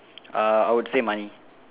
uh I would say money